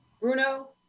Bruno